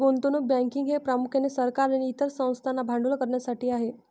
गुंतवणूक बँकिंग हे प्रामुख्याने सरकार आणि इतर संस्थांना भांडवल करण्यासाठी आहे